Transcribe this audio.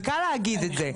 וקל להגיד את זה.